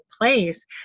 place